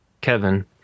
Kevin